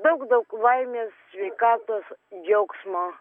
daug daug laimės sveikatos džiaugsmo